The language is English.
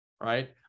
Right